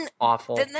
awful